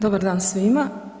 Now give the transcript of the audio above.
Dobar dan svima.